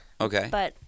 Okay